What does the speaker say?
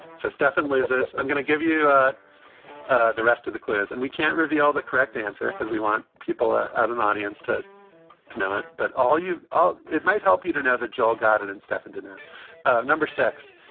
so stefan lizza's, i'm going to give you ah ah the rest of the clears and we can't reveal the correct answer because we want people out out an audience to know it. but all you. it might help you to know that joel godet and and stefan dinette number six,